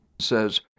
says